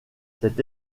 cette